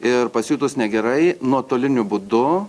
ir pasijutus negerai nuotoliniu būdu